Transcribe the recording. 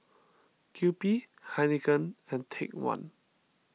Kewpie Heinekein and Take one